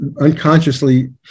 unconsciously